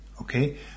okay